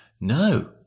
No